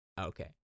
Okay